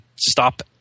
stop